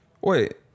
Wait